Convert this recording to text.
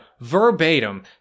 verbatim